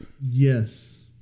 Yes